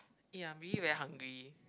ya I'm really very hungry